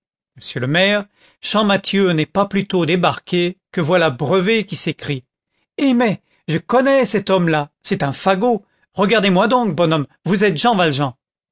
monsieur le maire champmathieu n'est pas plus tôt débarqué que voilà brevet qui s'écrie eh mais je connais cet homme-là c'est un fagot regardez-moi donc bonhomme vous êtes jean valjean